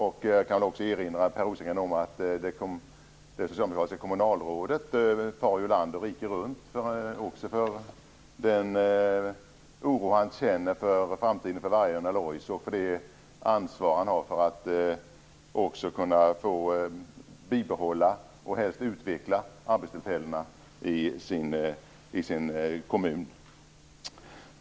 Jag kan också erinra Per Rosengren om att det socialdemokratiska kommunalrådet far land och rike runt på grund av den oro han känner inför framtiden för Vargön Alloys och för det ansvar han har för att kunna bibehålla och helst utveckla arbetstillfällena i sin kommun.